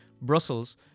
Brussels